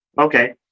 Okay